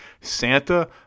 Santa